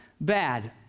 bad